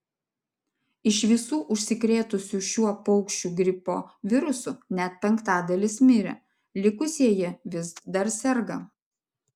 iš visų užsikrėtusių šiuo paukščių gripo virusu net penktadalis mirė likusieji vis dar serga